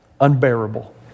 unbearable